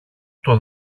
στο